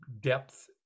depth